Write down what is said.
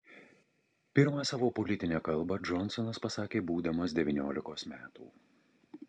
pirmą savo politinę kalbą džonsonas pasakė būdamas devyniolikos metų